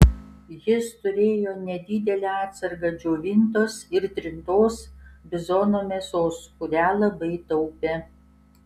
jis turėjo nedidelę atsargą džiovintos ir trintos bizono mėsos kurią labai taupė